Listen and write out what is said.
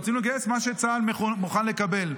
רצינו לגייס מה שצה"ל מוכן לקבל.